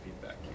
feedback